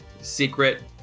secret